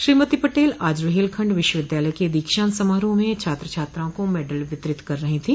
श्रीमती पटेल आज रूहेलखंड विश्वविद्यालय के दीक्षान्त समारोह में छात्र छात्राओं को मेडल वितरित कर रही थी